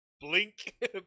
Blink